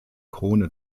krone